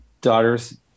daughter's